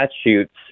statutes